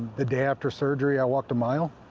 the day after surgery, i walked a mile